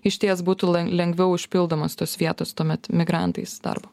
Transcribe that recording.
išties būtų lengviau užpildomos tos vietos tuomet migrantais darbo